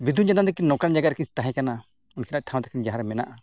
ᱵᱤᱸᱫᱩᱼᱪᱟᱸᱫᱟᱱ ᱛᱟᱹᱠᱤᱱ ᱱᱚᱝᱠᱟᱱ ᱡᱟᱭᱜᱟ ᱨᱮᱠᱤᱱ ᱛᱟᱦᱮᱸ ᱠᱟᱱᱟ ᱩᱱᱠᱤᱱᱟᱜ ᱴᱷᱟᱶ ᱛᱟᱹᱠᱤᱱ ᱡᱟᱦᱟᱸ ᱨᱮ ᱢᱮᱱᱟᱜᱼᱟ